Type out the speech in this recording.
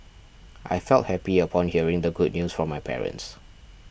I felt happy upon hearing the good news from my parents